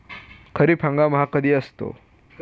खरीप हंगाम हा कधी असतो?